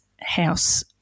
house